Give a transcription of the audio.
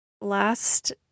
Last